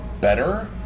better